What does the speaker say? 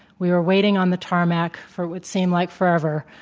we were waiting on the tarmac for what seemed like forever,